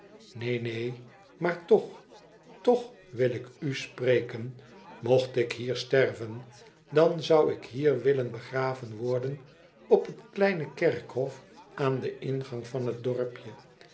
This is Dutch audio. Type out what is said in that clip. neen neen maar toch toch wil ik u spreken mocht ik hier sterven dan zou ik hier willen begraven worden op het kleine kerkhof aan den ingang van het dorpje